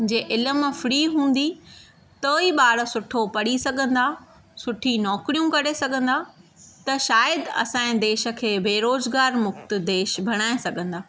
जे इल्मु फ्री हूंदी त ई ॿार सुठो पढ़ी सघंदा सुठी नौकरियूं करे सघंदा त शायदि असांजे देश खे बेरोज़गारु मुक़्ति देश बणाए सघंदा